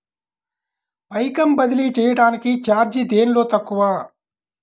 పైకం బదిలీ చెయ్యటానికి చార్జీ దేనిలో తక్కువ?